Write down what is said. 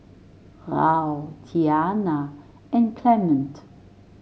Raul Tianna and Clement